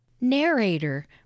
Narrator